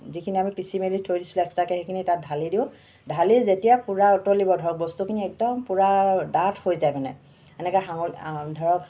যিখিনি আমি পিছি মেলি থৈ দিছিলোঁ এক্সট্ৰাকৈ সেইখিনি তাত ঢালি দিওঁ ঢালি যেতিয়া পূৰা উতলিব ধৰক বস্তুখিনি একদম পূৰা ডাঁঠ হৈ যায় মানে এনেকৈ হাহ ধৰক